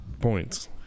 points